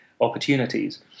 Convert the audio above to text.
opportunities